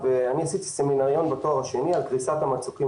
עשיתי סמינריון בתואר השני על קריסת המצוקים